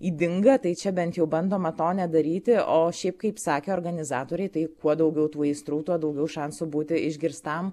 ydinga tai čia bent jau bandoma to nedaryti o šiaip kaip sakė organizatoriai tai kuo daugiau tų aistrų tuo daugiau šansų būti išgirstam